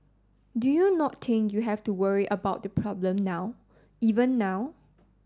do you not think you have to worry about the problem now even now